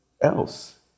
else